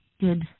good